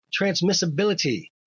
Transmissibility